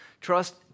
Trust